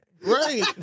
Right